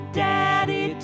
daddy